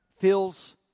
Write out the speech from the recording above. feels